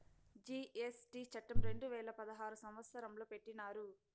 GST చట్టం రెండు వేల పదహారు సంవత్సరంలో పెట్టినారు